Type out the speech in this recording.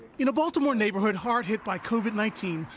in a baltimore neighborhood hard hit by covid nineteen,